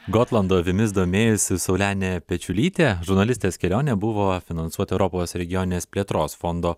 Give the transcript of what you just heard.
gotlando avimis domėjosi saulenė pečiulytė žurnalistės kelionė buvo finansuota europos regioninės plėtros fondo